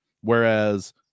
Whereas